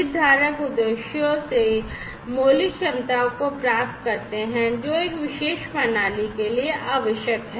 हितधारक उद्देश्यों से मौलिक क्षमताओं को प्राप्त करते हैं जो एक विशेष प्रणाली के लिए आवश्यक हैं